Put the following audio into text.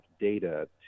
data